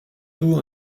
tout